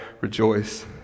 rejoice